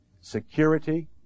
security